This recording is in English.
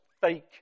fake